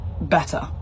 better